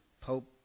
Pope